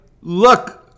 look